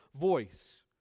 voice